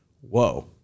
whoa